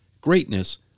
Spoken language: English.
greatness